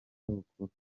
sabukuru